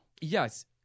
Yes